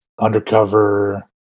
Undercover